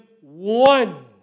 one